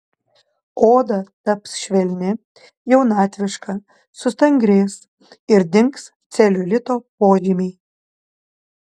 oda taps švelni jaunatviška sustangrės ir dings celiulito požymiai